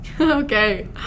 Okay